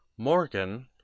Morgan